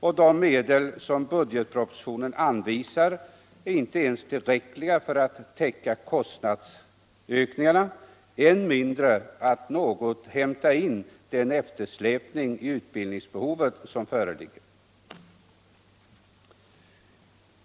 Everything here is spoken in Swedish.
Och de medel som budgetpropositionen anvisar är inte tillräckliga ens för att täcka kostnadsökningarna, än mindre för att något hämta in den eftersläpning i utbildningsbehovet som föreligger.